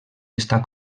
està